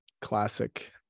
classic